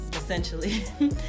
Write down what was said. Essentially